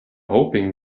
hoping